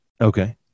Okay